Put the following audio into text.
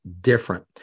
different